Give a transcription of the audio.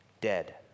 Dead